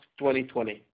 2020